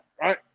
right